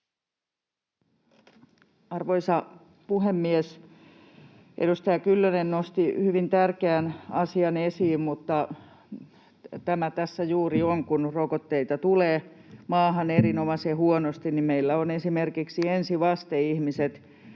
Arvoisa puhemies! Edustaja Kyllönen nosti hyvin tärkeän asian esiin, mutta tämä tässä juuri on, että kun rokotteita tulee maahan erinomaisen huonosti, niin meillä on esimerkiksi ensivasteihmiset